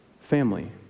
family